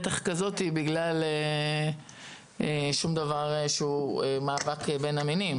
בגלל שום דבר שקשור למאבק בין המינים.